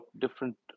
different